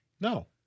No